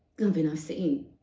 i've you know seen.